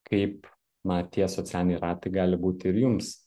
kaip na tie socialiniai ratai gali būti ir jums